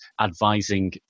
advising